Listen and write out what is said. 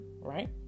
right